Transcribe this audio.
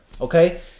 okay